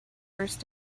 first